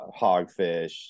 hogfish